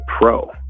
pro